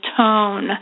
tone